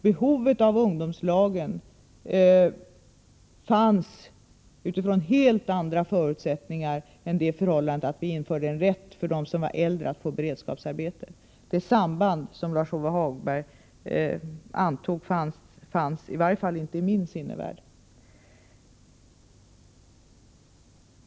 Behovet av ungdomslagen fanns utifrån helt andra förutsättningar än det förhållandet att vi införde en rätt för dem som var äldre att få ett beredskapsarbete. Det samband som Lars-Ove Hagberg antog fanns, existerade i varje fall inte i min sinnevärld.